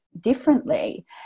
differently